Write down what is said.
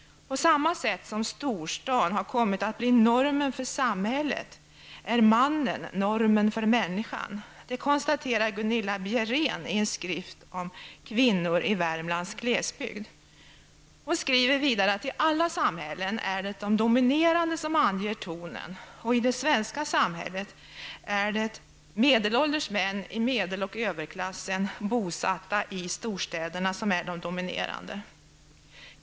På samma sätt som storstaden har kommit att bli normen för samhället, är mannen normen för människan. Det konstaterar Gunilla Bjeren i en skrift om kvinnor i Värmlands glesbygd. Hon skriver vidare att det i alla samhällen är de dominerande som anger tonen, och i det svenska samhället är det medelålders män i medel och överklassen bosatta i storstäderna som är de dominerande.